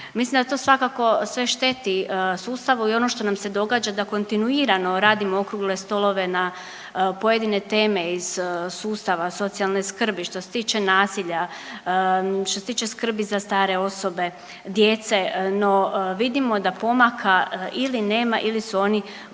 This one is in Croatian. Mislim da to svakako sve šteti sustavu i ono što nam se događa da kontinuirano radimo okrugle stolove na pojedine teme iz sustava socijalne skrbi što se tiče nasilja, što se tiče skrbi za stare osobe, djece, no vidimo da pomaka ili nema ili su oni vrlo